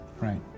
Right